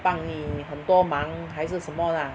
帮你很多忙还是什么 lah